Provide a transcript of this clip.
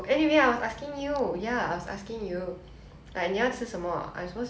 ramen 还有什么